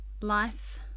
life